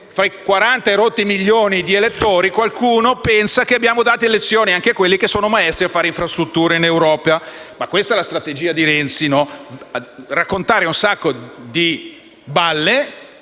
fra i circa 40 milioni di elettori qualcuno pensa che abbiamo dato lezioni anche a quelli che sono maestri a fare infrastrutture in Europa. Questa è la strategia di Renzi: raccontare un sacco di balle.